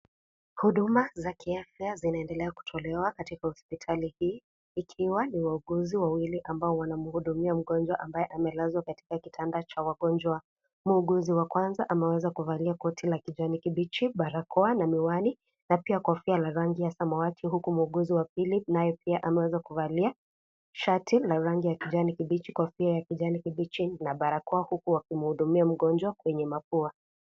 Huduma za kiafya zinaendelea kutolewa katika hospitali hii. Ikiwa ni wauguzi wawili ambao, wanamhudumia mgonjwa ambaye amelezwa katika kitanda cha wagonjwa. Muuguzi wa kwanza, ameweza kuvalia koti la kijani kibichi, balakoa na miwani, na pia kofia ni ya rangi ya samawati huku muuguzi wa pili, naye pia ameweza kuvalia shati la rangi ya kijani kibichi, kofia ya kijani kibichi na balakoa, huku wakimhudumia mgonjwa kwenye mapua.